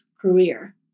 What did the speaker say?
career